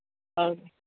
అవును